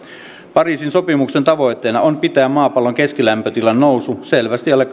pariisin sopimuksen tavoitteena on pitää maapallon keskilämpötilan nousu selvästi alle